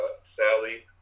Sally